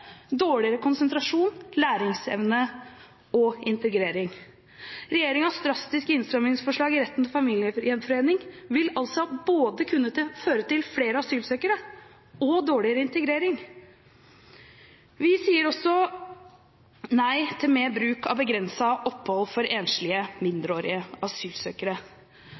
dårligere konsentrasjon, læringsevne og integrering. Regjeringens drastiske innstrammingsforslag i retten til familiegjenforening vil altså kunne føre til både flere asylsøkere og dårligere integrering. Vi sier også nei til mer bruk av begrenset opphold for enslige, mindreårige asylsøkere.